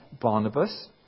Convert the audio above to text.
Barnabas